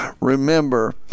Remember